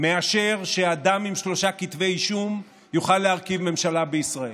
מאשר שאדם עם שלושה כתבי אישום יוכל להרכיב ממשלה בישראל,